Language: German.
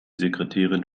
sekretärin